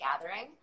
gathering